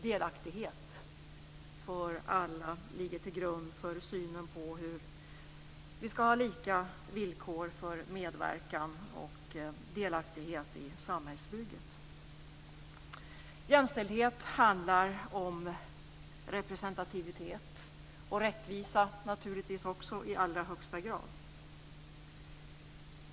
Delaktighet för alla ligger till grund för vår samhällssyn, att vi alla skall ha lika villkor för medverkan och delaktighet i samhällsbygget. Jämställdhet handlar om representativitet och naturligtvis också om rättvisa i allra högsta grad.